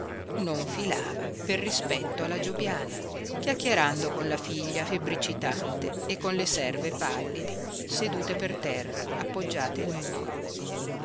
non filava per rispetto alla giobiana chiacchierando con la figlia febbricitante e con le serve pallide sedute per terra appoggiate al muro